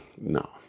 No